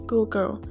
Google